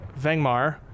Vengmar